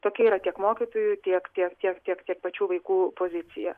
tokia yra tiek mokytojų tiek tiek tiek kiek tiek pačių vaikų pozicija